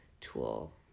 tool